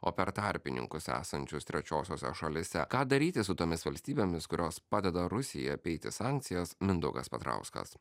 o per tarpininkus esančius trečiosiose šalyse ką daryti su tomis valstybėmis kurios padeda rusijai apeiti sankcijas mindaugas petrauskas